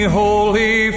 holy